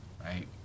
Right